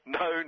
no